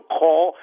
call